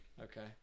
Okay